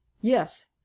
yes